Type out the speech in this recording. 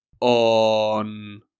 on